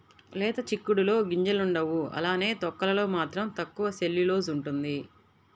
లేత చిక్కుడులో గింజలుండవు అలానే తొక్కలలో మాత్రం తక్కువ సెల్యులోస్ ఉంటుంది